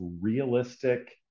realistic